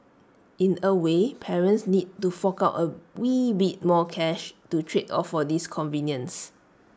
in A way parents need to fork out A wee bit more cash to trade off for this convenience